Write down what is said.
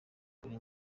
kuri